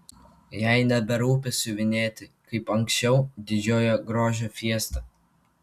jai neberūpi siuvinėti kaip anksčiau didžiojo grožio fiestą